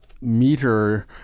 meter